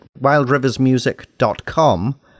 wildriversmusic.com